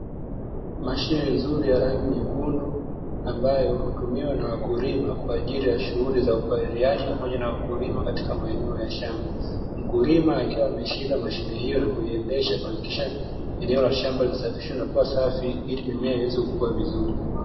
Mashine nzuri ya rangi nyekundu ambayo hutumiwa na wakulima kwa ajili ya shughuli za upaliliaji pamoja na kulima katika maeneo ya shamba. Mkulima akiwa ameshika mashine hiyo na kuiendesha kuhakikisha eneo la shamba linasafishwa na kuwa safi ili mimea iweze kukuwa vizuri.